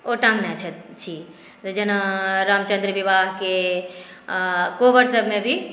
ओ टांगने छी जेना रामचन्द्र विवाहके कोबर सबमे भी